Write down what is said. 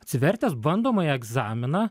atsivertęs bandomąjį egzaminą